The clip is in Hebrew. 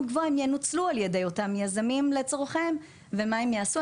גבוהה היא תנוצל על ידי אותם יזמים לצורכיהם ומה הם יעשו?